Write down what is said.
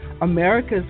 America's